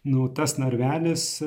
nu tas narvelis